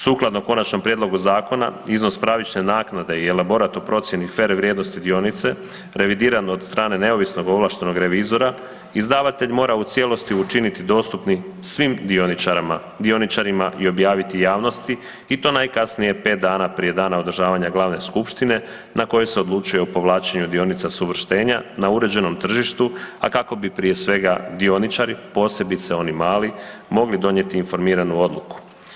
Sukladno Konačnom prijedlogu zakona, iznos pravične naknade i elaborat u procjeni fer vrijednosti dionice, revidiran od strane neovisnog ovlaštenog revizora, izdavatelj mora u cijelosti učiniti dostupnim svim dioničarima i objaviti javnosti i to najkasnije 5 dana prije dana održavanja glavne skupštine na kojoj se odlučuje o povlačenju dionica uvrštenja na uređenom tržištu, a kako bi, prije svega dioničari, posebice oni mali, mogli donijeti informiranu odluku.